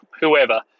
whoever